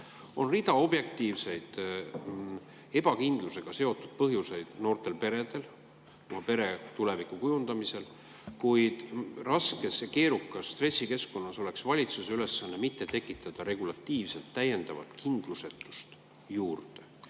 On rida objektiivseid ebakindlust põhjustavaid [tegureid] noortel peredel oma tuleviku kujundamisel, kuid raskes ja keerukas stressikeskkonnas on valitsuse ülesanne mitte tekitada regulatiivselt täiendavat kindlusetust juurde.